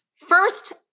First